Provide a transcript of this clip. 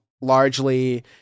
largely